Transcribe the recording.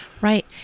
Right